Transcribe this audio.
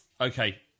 Okay